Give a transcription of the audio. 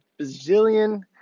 bazillion